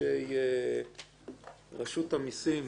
אנשי רשות המיסים